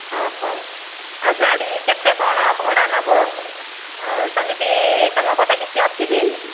ହ ହଉ ଆଉ ଗାଡ଼ି କେତେ କ'ଣ ଭଡ଼ା ନେବ ସେମିତି ତମ ପଟେ କିଛି ଅଛି କି